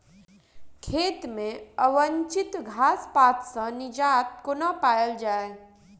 खेत मे अवांछित घास पात सऽ निजात कोना पाइल जाइ?